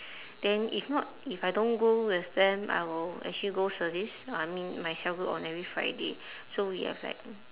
then if not if I don't go with them I will actually go service I mean my cell group on every friday so we have like